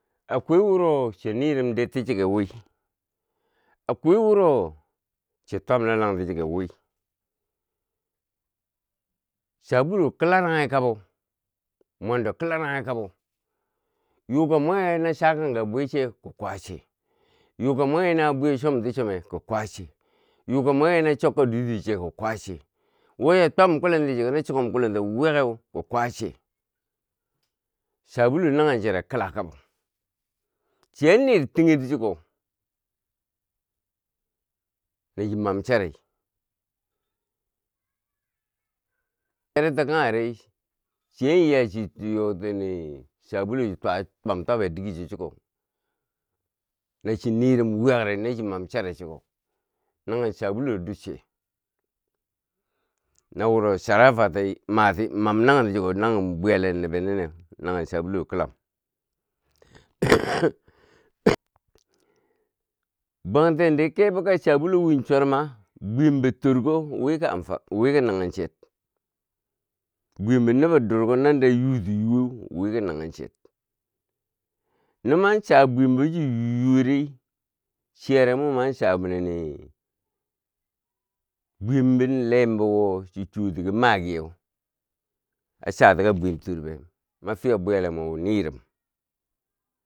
Akwai wuro chiya nirom der ti chike wii, akwai wuro chiya twam lalang ti chike wii sabulu kila ranghi kabo mwando kila ranghi kabo. Yuuka mwenghe na chakangka bwiche ki kwache, yuka mwenghe nawo bwiyo chomti chomeu ki kwache, yuka mwenghe na chokka dwutito che ki kwache wo ya twam kulenti chuko na chokuom kulento wiyakeu ki kwache sabulu nanghen chero kila kabo, chiyan niir tingher chuko na chi man chari, chari to kangheri chia iya chi yoti ni- sabulu chi twa twam twabe dige cho chuko na chi nirum wuyakri na chi mam chari chuko, nanghen sabuluro ducce na wuro chara fati mati mam nanghen ti chuko nang bwiyale nibe ni neu, baghen sabuluro ki lam bwangtendi kebo ka sabulu wiin chwarma bwiyem bo torko wii ki amfa, wiiki naghen chek. Bwiyem bo nobo durko nandireu yuti yuweu, wiki naghen cher no mwan cha bwiyem bo chi yu yuwe ri chiyare mu mwan cha nini bwiyem bi lembowo chi chuwoti ki magiyeu achatika bwiyem tor bem mwa fiya bwiyale mweu nirum.